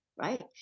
right